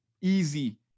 easy